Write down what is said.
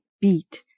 beat